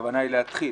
הכוונה היא להתחיל.